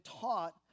taught